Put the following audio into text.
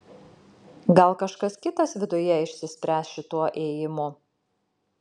gal kažkas kitas viduje išsispręs šituo ėjimu